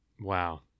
Wow